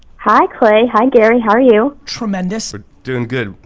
hi clay, hi gary, how are you? tremendous. we're doing good.